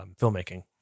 filmmaking